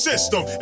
system